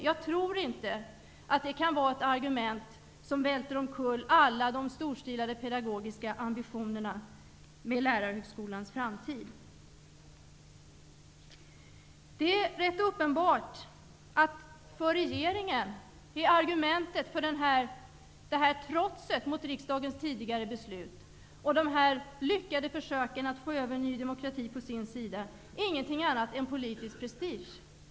Jag tror inte att det kan vara ett argument som välter omkull alla de storstilade pedagogiska ambitionerna för Lärarhögskolans framtid. Det är rätt uppenbart att regeringens argument för det här trotset mot riksdagens tidigare beslut och de lyckade försöken att få över Ny demokrati på sin sida inte är någonting annat än politisk prestige.